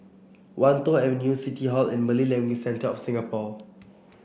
Wan Tho Avenue City Hall and Malay Language Centre of Singapore